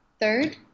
third